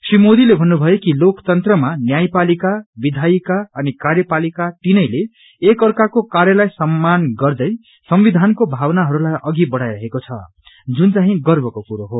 श्री मोदीले भन्नुभयो कि लोकतंत्रमा न्यायपालिका विधायिका अनि कार्यपालिका तीनैले एक अर्काको कामलाई सम्मान गर्दै संविधानको भावनाहरूलाई अघि बढ़ाइरहेको छ जुन चाहिं गर्वको कुरो हो